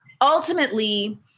ultimately